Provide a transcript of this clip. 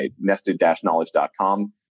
nested-knowledge.com